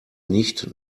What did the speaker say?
nicht